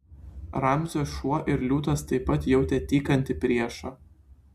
ramzio šuo ir liūtas taip pat jautė tykantį priešą